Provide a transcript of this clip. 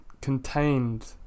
contained